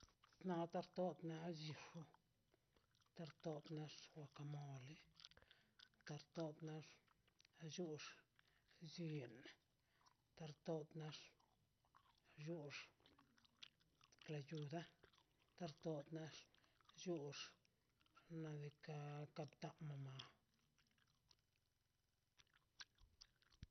Nada tox kar chill tar tox nax xwakamole tar tox nas nchux sien karto nach llux klayuda karto nax llux xnaꞌ diikaꞌ kakta moma.